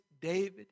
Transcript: David